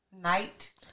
Night